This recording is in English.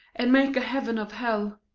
and make a heaven of hell,